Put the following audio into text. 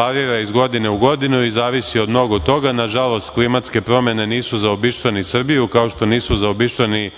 varira iz godine u godinu i zavisi od mnogo toga. Nažalost, klimatske promene nisu obišle ni Srbiju, kao što nisu zaobišle ni